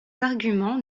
arguments